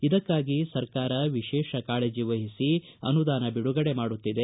ಇದಕ್ಕಾಗಿ ಸರ್ಕಾರ ವಿಶೇಷ ಕಾಳಜಿವಹಿಸಿ ಅನುದಾನ ಬಿಡುಗಡೆ ಮಾಡುತ್ತಿದೆ